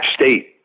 State